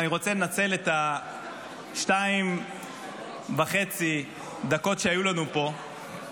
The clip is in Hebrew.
אני רוצה לנצל את השתיים וחצי דקות שהיו לנו פה כדי